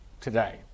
today